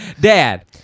Dad